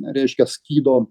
reiškia skydo